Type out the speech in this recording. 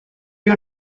you